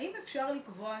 האם אפשר לקבוע,